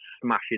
smashing